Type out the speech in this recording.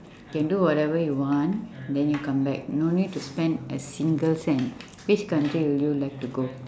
can do whatever you want then you come back no need to spend a single cent which country will you like to go